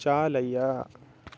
चालय